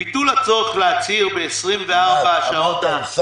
ביטול הצורך להצהיר ב-24 השעות --- אמרת אוסאמה,